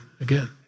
again